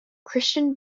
christian